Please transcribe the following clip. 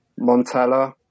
Montella